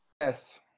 yes